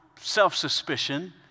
self-suspicion